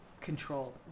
control